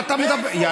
מה, אני אגנוב?